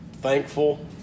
thankful